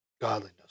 godliness